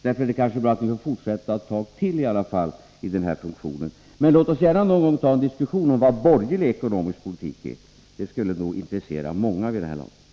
Därför är det kanske bra att vi får fortsätta ett tag till i den här produktionen. Men låt oss gärna ta en diskussion om vad borgerlig ekonomisk politik är. Det skulle nog intressera många vid det här laget.